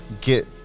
get